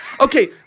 Okay